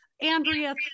Andrea